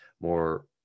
more